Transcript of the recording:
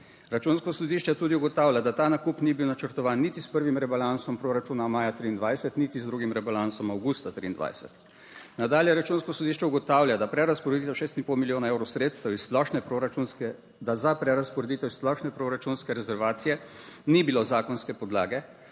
Računsko sodišče tudi ugotavlja, da ta nakup ni bil načrtovan niti s prvim rebalansom proračuna maja 2023 niti z drugim rebalansom avgusta 2023. Nadalje Računsko sodišče ugotavlja, da prerazporeditev šest in pol milijona evrov sredstev iz splošne proračunske, da za prerazporeditev